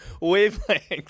wavelength